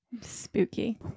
spooky